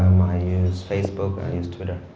um i use facebook, i use twitter.